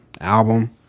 album